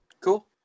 Cool